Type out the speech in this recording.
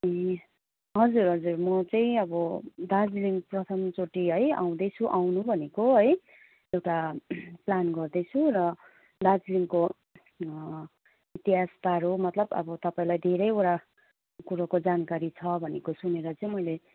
ए हजुर हजुर म चाहिँ अब दार्जिलिङ प्रथम चोटि है आउँदैछु आउनु भनेको है एउटा प्लान गर्दैछु र दार्जिलिङको इतिहासकार हो मतलब अब तपाईँलाई धेरैवटा कुरोको जानकारी छ भनेको सुनेर चाहिँ मैले